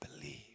believe